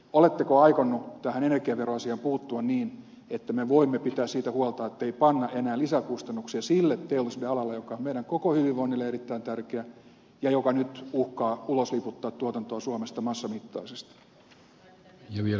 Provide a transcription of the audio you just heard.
oletteko aikonut tähän energiaveroasiaan puuttua niin että me voimme pitää siitä huolta ettei panna enää lisäkustannuksia sille teollisuudenalalle joka on meidän koko hyvinvoinnille erittäin tärkeä ja joka nyt uhkaa ulosliputtaa tuotantoa suomesta massamittaisesti